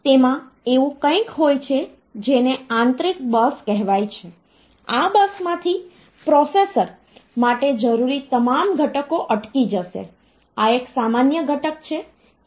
બીજી તરફ જ્યારે આપણે કોમ્પ્યુટેશનલ પાવર શોધી રહ્યા હોઈએ ત્યારે એટલે કે આપણે એવી સિસ્ટમો જોઈએ છે જે કોમ્પ્યુટેશનલ હશે અને તે મોટી સંખ્યામાં યુઝર્સ વિવિધ પ્રકારના પ્રોગ્રામ્સ અને કોમ્પ્યુટેશનને ઉકેલવામાં સક્ષમ હશે